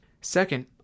Second